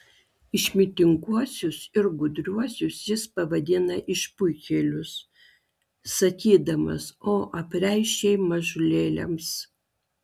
išmintinguosius ir gudriuosius jis pavadina išpuikėlius sakydamas o apreiškei mažutėliams